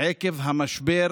עקב המשבר